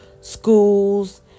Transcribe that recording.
schools